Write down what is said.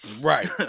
right